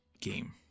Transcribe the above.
game